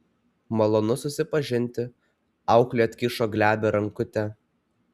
malonu susipažinti auklė atkišo glebią rankutę